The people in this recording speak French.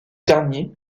dernier